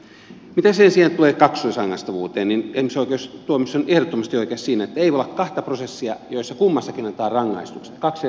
mitä sen sijaan tulee kaksoisrangaistavuuteen niin ihmisoikeustuomioistuin on ehdottomasti oikeassa siinä että ei voi olla kahta prosessia joissa kummassakin annetaan rangaistukset kaksi eri rangaistusta